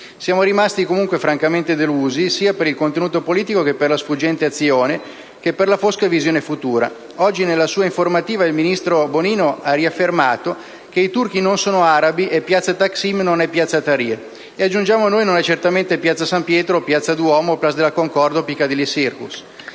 Siamo rimasti delusi sia per il contenuto politico, che per la sfuggente azione, che per la fosca visione futura. Oggi, nella sua informativa il ministro Bonino ha riaffermato che i «turchi non sono arabi e piazza Taksim non è piazza Tahrir». E, aggiungiamo noi, non è certamente piazza San Pietro o piazza Duomo, o place de la Concord o Piccadilly Circus.